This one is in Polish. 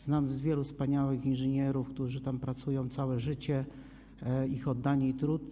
Znam wielu wspaniałych inżynierów, którzy tam pracują całe życie, ich oddanie i trud.